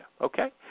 Okay